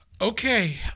Okay